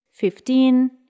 Fifteen